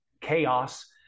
chaos